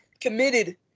committed